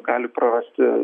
gali prarasti